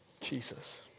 Jesus